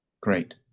Great